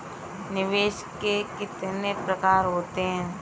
निवेश के कितने प्रकार होते हैं?